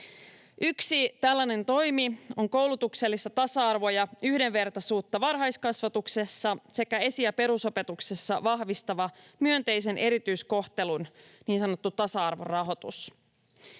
Yksi tällainen toimi on koulutuksellista tasa-arvoa ja yhdenvertaisuutta varhaiskasvatuksessa sekä esi- ja perusopetuksessa vahvistava myönteisen erityiskohtelun niin sanottu tasa-arvorahoitus.